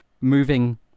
moving